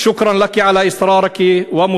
תודה לך על ההתמדה והנחישות.